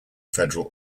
federal